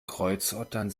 kreuzottern